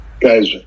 guys